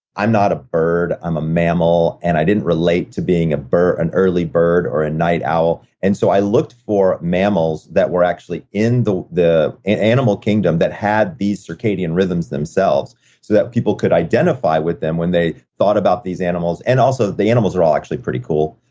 i'm not a bird. i'm a mammal, and i didn't relate to being an early bird or a night owl. and so i looked for mammals that were actually in the the animal kingdom that had these circadian rhythms themselves, so that people could identify with them when they thought about these animals. and also, the animals are all actually pretty cool.